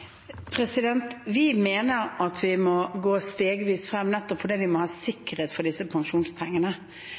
Vi mener at vi må gå stegvis frem, nettopp fordi vi må ha sikkerhet for disse pensjonspengene.